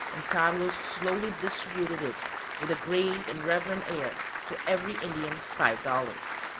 and carlos slowly distributed it with a grave and reverend air, to every indian five dollars.